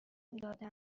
داده